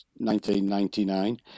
1999